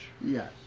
Yes